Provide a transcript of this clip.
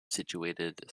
situated